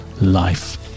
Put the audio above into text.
life